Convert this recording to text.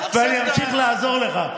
ואני אמשיך לעזור לך.